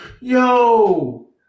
Yo